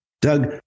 Doug